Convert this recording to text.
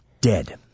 Dead